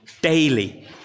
daily